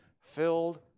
filled